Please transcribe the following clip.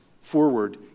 forward